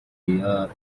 year